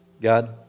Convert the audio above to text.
God